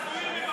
הזויים,